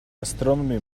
astronomy